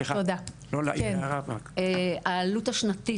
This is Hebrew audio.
העלות השנתית,